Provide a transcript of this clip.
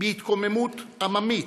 "בהתקוממות עממית,